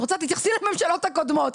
את רוצה, תתייחסי לממשלות הקודמות.